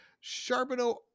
Charbonneau